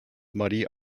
muddy